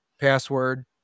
password